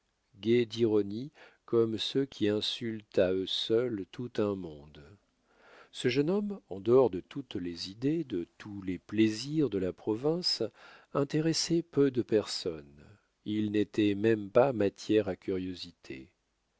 d'ironie comme ceux qui insultent à eux seuls tout un monde ce jeune homme en dehors de toutes les idées de tous les plaisirs de la province intéressait peu de personnes il n'était même pas matière à curiosité